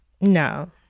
No